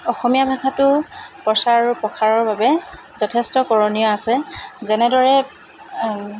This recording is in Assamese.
অসমীয়া ভাষাটো প্ৰচাৰ আৰু প্ৰসাৰৰ বাবে যথেষ্ট কৰণীয় আছে যেনেদৰে